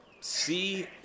see